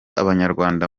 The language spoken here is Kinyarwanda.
abanyarwanda